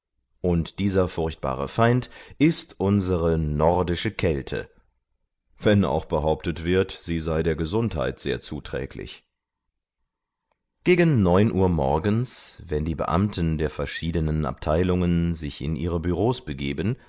und dieser furchtbare feind ist unsere nordische kälte wenn auch behauptet wird sie sei der gesundheit sehr zuträglich gegen neun uhr morgens wenn die beamten der verschiedenen abteilungen sich in ihre büros begeben